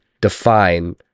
define